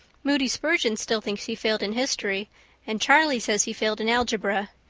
moody spurgeon still thinks he failed in history and charlie says he failed in algebra.